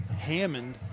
Hammond